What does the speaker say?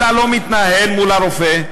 אתה לא מתנהל מול הרופא,